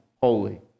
holy